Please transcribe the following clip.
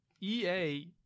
EA